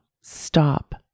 stop